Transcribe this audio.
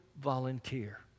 volunteer